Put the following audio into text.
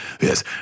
yes